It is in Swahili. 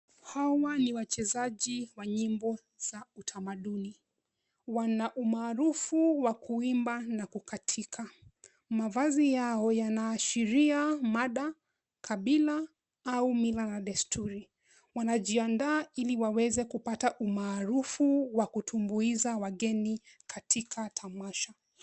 Hawa ni wachezaji wa nyimbo za utamaduni. Wana umaarufu wa kuimba na kukatika. Mavazi yao yanaashiria mada, kabila au mila na desturi. Wanajiaandaa ili waweza kupata umaarufu wa kutumbuiza wageni katika tamasha.